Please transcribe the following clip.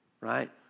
Right